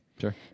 Sure